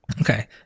Okay